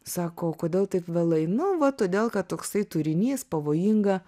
sako o kodėl taip vėlai nu va todėl kad toksai turinys pavojinga